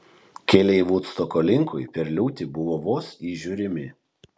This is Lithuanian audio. keliai vudstoko linkui per liūtį buvo vos įžiūrimi